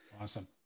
Awesome